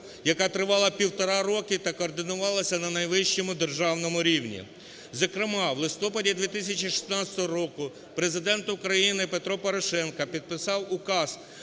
яка тривала півтора роки та координувалася на найвищому державному рівні. Зокрема, в листопаді 2016 року Президент України Петро Порошенко підписав Указ